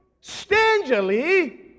stingily